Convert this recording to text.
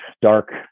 dark